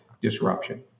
disruption